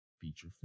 feature